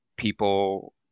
people